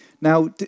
Now